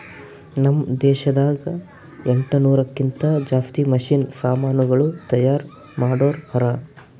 ನಾಮ್ ದೇಶದಾಗ ಎಂಟನೂರಕ್ಕಿಂತಾ ಜಾಸ್ತಿ ಮಷೀನ್ ಸಮಾನುಗಳು ತೈಯಾರ್ ಮಾಡೋರ್ ಹರಾ